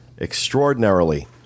extraordinarily